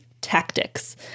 tactics